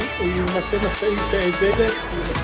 היא למעשה משאית חשמלית,